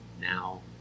now